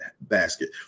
basket